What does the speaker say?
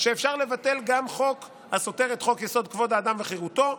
שאפשר לבטל גם חוק הסותר את חוק-יסוד: כבוד האדם וחירותו,